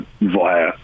via